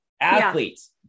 Athletes